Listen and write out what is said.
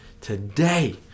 today